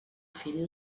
fill